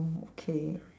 oh okay